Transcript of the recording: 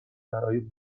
برای